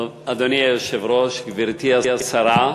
אדוני היושב-ראש, גברתי השרה,